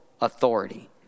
authority